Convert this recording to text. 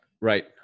right